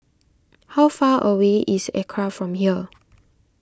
how far away is Acra from here